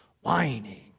whining